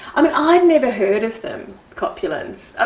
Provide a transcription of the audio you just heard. and i'd never heard of them, copulins. ah